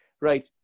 right